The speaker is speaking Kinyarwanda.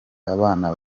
abana